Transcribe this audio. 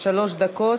שלוש דקות.